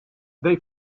they